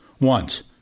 Once